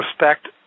respect